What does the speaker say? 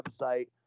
website